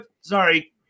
sorry